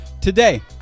Today